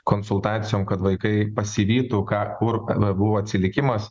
konsultacijom kad vaikai pasivytų ką kur buvo atsilikimas